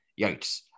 yikes